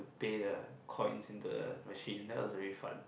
pay the coins in the machine that was really fun